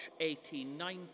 1890